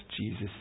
Jesus